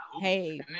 Hey